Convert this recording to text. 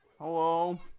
Hello